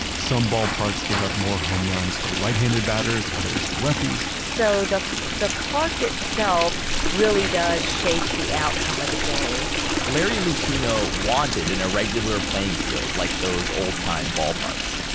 some ballparks give up more home runs to right handed batters, others to lefties so the the park itself really does shape the outcome of ah the game larry lucchino wanted an irregular playing field like those old time ballparks,